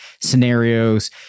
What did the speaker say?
scenarios